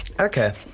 Okay